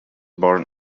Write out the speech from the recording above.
born